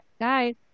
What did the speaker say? guys